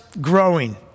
growing